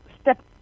step